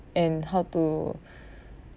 and how to